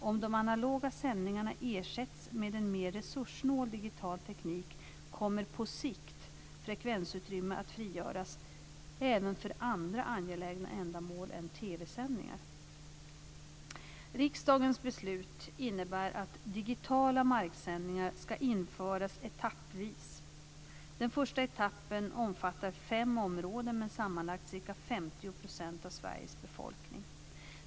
Om de analoga sändningarna ersätts med en mer resurssnål digital teknik kommer på sikt frekvensutrymme att frigöras även för andra angelägna ändamål än TV-sändningar. 50 % av Sveriges befolkning.